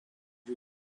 who